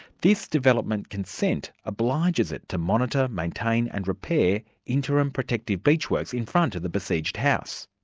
this development consent obliges it to monitor, maintain and repair interim protective beach works in front of the besieged house.